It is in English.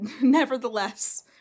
nevertheless